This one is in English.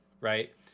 Right